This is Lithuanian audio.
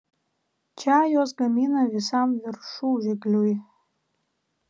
čia juos gamina visam viršužigliui